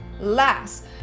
Last